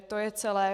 To je celé.